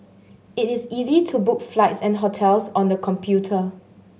it is easy to book flights and hotels on the computer